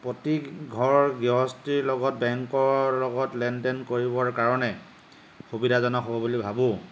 প্ৰতিঘৰ গৃহস্থীৰ লগত বেংকৰ লগত লেনদেন কৰিবৰ কাৰণে সুবিধাজনক হ'ব বুলি ভাবোঁ